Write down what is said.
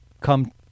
come